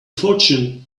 fortune